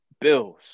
Bills